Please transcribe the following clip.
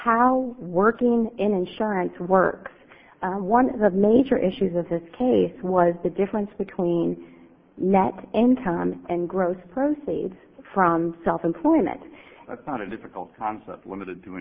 how working in insurance works one of the major issues of this case was the difference between net income and gross proceeds from self employment it's not a difficult concept limited to